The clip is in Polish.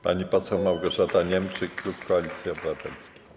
Pani poseł Małgorzata Niemczyk, klub Koalicja Obywatelska.